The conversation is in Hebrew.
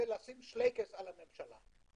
זה לשים שלייקעס על הממשלה.